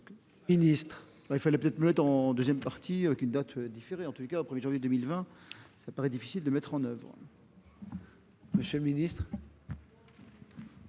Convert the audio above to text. monsieur le ministre